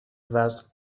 وزن